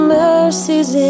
mercies